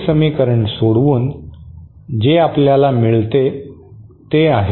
हे समीकरण सोडवून जे आपल्याला मिळते ते आहे